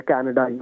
Canada